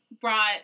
brought